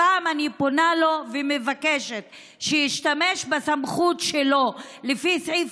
הפעם אני פונה אליו ומבקשת שישתמש בסמכות שלו לפי סעיף